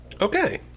Okay